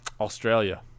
Australia